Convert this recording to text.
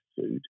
food